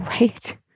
Wait